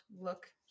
look